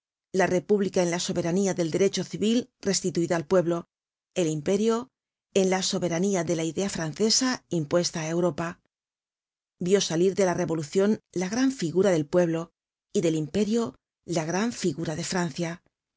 la república en la soberanía del derecho civil restituida al pueblo el imperio en la soberanía de la idea francesa impuesta á europa vió salir de la revolucion la gran figura del pueblo y del imperio la gran figura de francia